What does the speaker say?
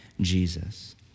Jesus